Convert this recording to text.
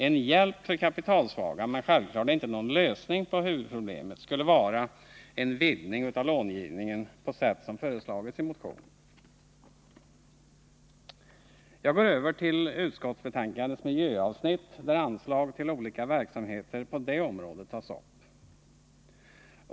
En hjälp för kapitalsvaga, men självklart inte någon lösning på huvudproblemet, skulle vara en vidgning av långivningen på sätt som föreslagits i motionen. Jag går över till utskottsbetänkandets miljöavsnitt, där anslag till olika verksamheter på det området tas upp.